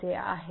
असे आहे